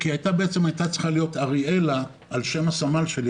היא הייתה צריכה להיות אריאלה על שם הסמל שלי